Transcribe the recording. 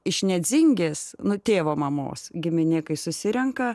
iš nedzingės nu tėvo mamos giminė kai susirenka